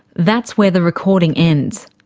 that's where the recording ends.